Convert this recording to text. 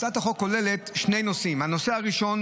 הצעת החוק כוללת שני נושאים: הנושא הראשון,